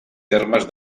termes